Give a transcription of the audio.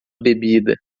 bebida